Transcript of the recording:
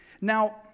Now